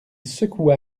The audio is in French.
secoua